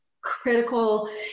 critical